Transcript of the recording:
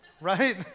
Right